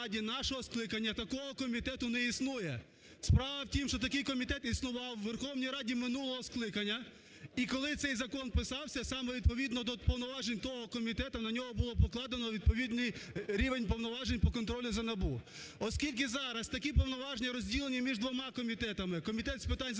Верховній Раді нашого скликання такого комітету не існує. Справа в тім, що такий комітет існував в Верховній Раді минулого скликання. І, коли цей закон писався, саме відповідно до повноважень того комітету на нього було покладено відповідний рівень повноважень по контролю за НАБУ. Оскільки зараз такі повноваження розділені між двома комітетами: Комітет з питань